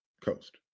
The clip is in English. coast